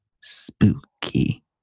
spooky